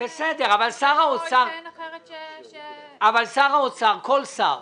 אבל שר האוצר, כל שר,